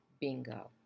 bingo